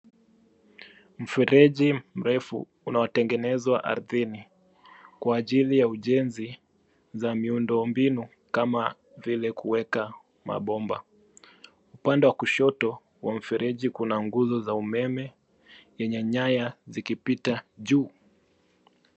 Mfereji mrefu, unaotengenezwa ardhini, kwa ajili ya ujenzi za miundombinu kama vile kuweka mabomba. Upande wa kushoto, wa mfereji kuna nguzo za umeme yenye nyanya zikipita juu.